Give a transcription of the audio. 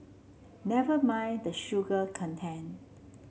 never mind the sugar content